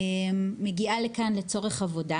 מגיעה לכאן לצורך עבודה